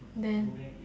then